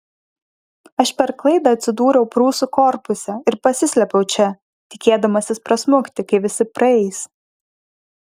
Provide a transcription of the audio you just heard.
aš per klaidą atsidūriau prūsų korpuse ir pasislėpiau čia tikėdamasis prasmukti kai visi praeis